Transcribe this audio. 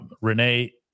Renee